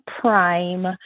prime